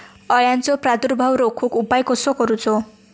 अळ्यांचो प्रादुर्भाव रोखुक उपाय कसो करूचो?